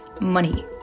money